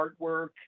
artwork